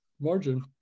margin